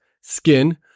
skin